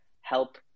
help